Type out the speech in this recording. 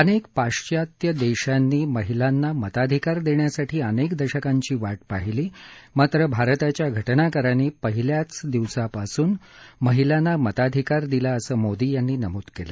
अनेक पाश्चात्य देशांनी महिलांना मताधिकार देण्यासाठी अनेक दशकांची वाट पाहिली मात्र भारताच्या घटनाकारांनी पहिल्या दिवसापासूनच महिलांना मताधिकार दिला असं मोदी यांनी नमूद केलं